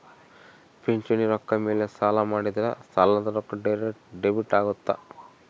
ಪಿಂಚಣಿ ರೊಕ್ಕ ಮೇಲೆ ಸಾಲ ಮಾಡಿದ್ರಾ ಸಾಲದ ರೊಕ್ಕ ಡೈರೆಕ್ಟ್ ಡೆಬಿಟ್ ಅಗುತ್ತ